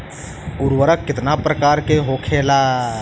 उर्वरक कितना प्रकार के होखेला?